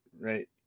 right